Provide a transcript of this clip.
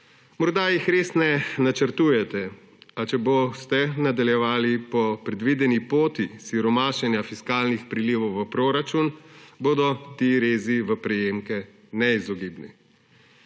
Morda jih res ne načrtujete, a če boste nadaljevali po predvideni poti siromašenja fiskalnih prilivov v proračun, bodo ti rezi v prejemke neizogibni.